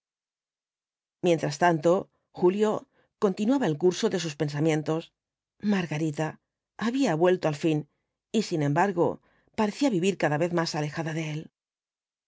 mientras tanto julio continuaba el curso de sus pensamientos margarita había vuelto al fin y sin embargo parecía vivir cada vez más alejada de él en